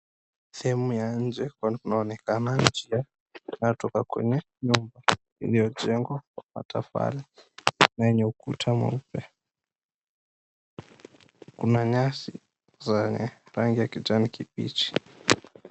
Sehemu ya nje inaonekana kutoka kwa mti uliojengwa kwa matafali na yenye ukuta na manyasi zenye rangi ya kijani kibichi.